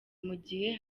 mugihe